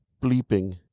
bleeping